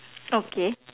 okay